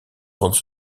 grandes